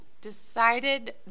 decided